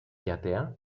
jatea